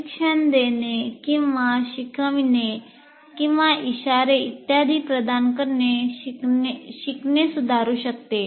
प्रशिक्षण देणे किंवा शिकविणे किंवा इशारे इत्यादी प्रदान करणे शिकणे सुधारू शकते